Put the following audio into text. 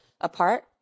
apart